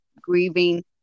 grieving